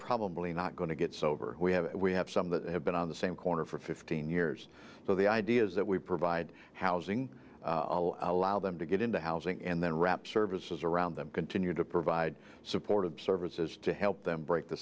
probably not going to get sober we have we have some that have been on the same corner for fifteen years so the idea is that we provide housing allow them to get into housing and then wrap services around them continue to provide support of services to help them break the